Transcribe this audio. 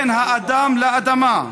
בין האדם לאדמה,